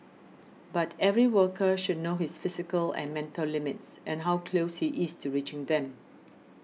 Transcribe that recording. but every worker should know his physical and mental limits and how close he is to reaching them